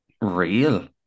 real